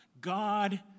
God